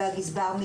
ועל הגזבר,